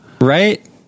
Right